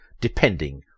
depending